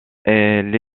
elle